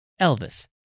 Elvis